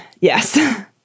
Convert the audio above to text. Yes